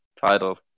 title